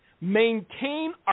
maintain